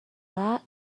that